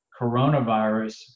coronavirus